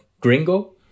Gringo